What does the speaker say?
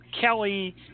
Kelly